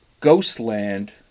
Ghostland